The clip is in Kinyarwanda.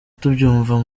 tubyumva